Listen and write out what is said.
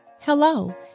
Hello